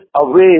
away